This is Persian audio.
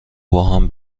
باهم